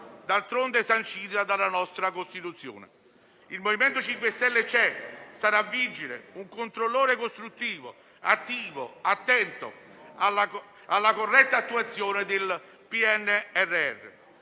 d'altronde sancita dalla nostra Costituzione. Il MoVimento 5 Stelle c'è, sarà vigile, un controllore costruttivo, attivo, attento alla corretta attuazione del PNRR.